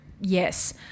yes